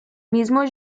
mismo